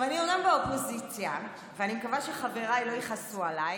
אני אומנם באופוזיציה ואני מקווה שחבריי לא יכעסו עליי,